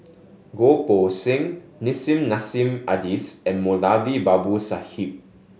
Goh Poh Seng Nissim Nassim Adis and Moulavi Babu Sahib